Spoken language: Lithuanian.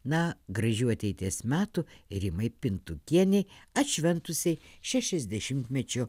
na gražių ateities metų rimai pintukienei atšventusiai šešiasdešimtmečio